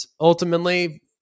ultimately